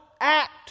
act